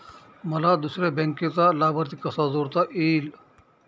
मला दुसऱ्या बँकेचा लाभार्थी कसा जोडता येईल?